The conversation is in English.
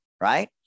right